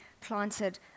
planted